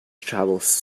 travels